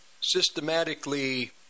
systematically